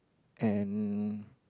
and